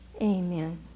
Amen